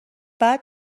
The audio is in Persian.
بعد